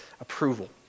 approval